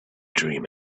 dream